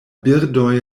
birdoj